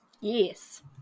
Yes